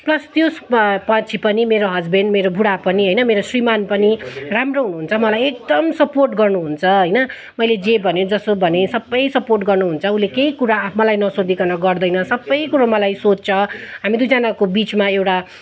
plus त्यो पछि पनि मेरो हस्बेन्ड मेरो बुढा पनि होइन मेरो श्रीमान् पनि राम्रो हुनुहुन्छ मलाई एकदम सपोर्ट गर्नुहुन्छ होइन मैले जे भन्यो जसो भन्यो सबै सपोर्ट गर्नुहुन्छ उसले केही कुरा मलाई नसोधिकिन गर्दैन सबै कुरो मलाई सोध्छ हामी दुईजनाको बिचमा एउटा